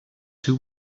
two